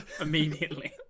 Immediately